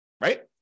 Right